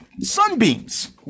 Sunbeams